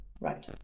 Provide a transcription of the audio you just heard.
Right